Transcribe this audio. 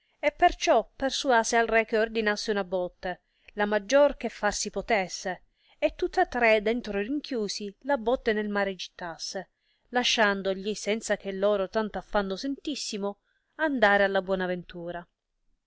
e però persuase al re che ordinasse una botte la maggior che far si potesse e tutta tre dentro rinchiusi la botte nel mare gittasse lasciandogli senza che loro tanto affanno sentissino andare alla buona ventura